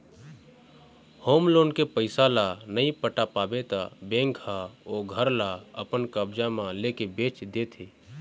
home loan के पइसा ल नइ पटा पाबे त बेंक ह ओ घर ल अपन कब्जा म लेके बेंच देथे